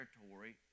territory